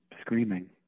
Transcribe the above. screaming